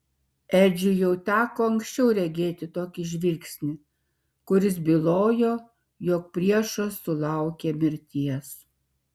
edžiui jau teko anksčiau regėti tokį žvilgsnį kuris bylojo jog priešas sulaukė mirties